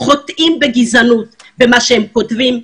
חוטאים בגזענות במה שהם כותבים,